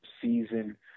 season